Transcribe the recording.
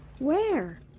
where?